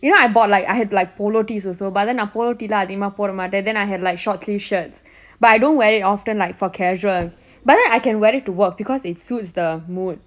you know I bought like I have like polo tee's also but then நான்:naan polo tee எல்லாம் அதிகமா போட மாட்டேன்:ellam athigama poda maatten then I had like short sleeve shirts but I don't wear it often like for casual but then I can wear it to work because it suits the mood